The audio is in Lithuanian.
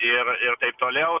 ir ir taip toliau